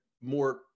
more